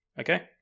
Okay